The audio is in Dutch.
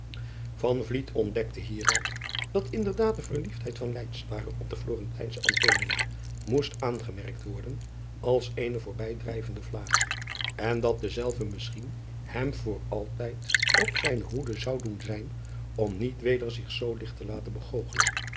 ontdekte hieruit dat inderdaad de verliefdheid van op de lorentijnsche moest aangemerkt worden als eene voorbijdrijvende vlaag en dat dezelve misschien hem voor altijd op zijne hoede zou doen zijn om niet weder zich zoo ligt te laten